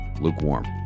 lukewarm